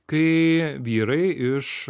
kai vyrai iš